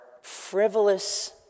frivolous